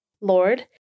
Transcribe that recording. Lord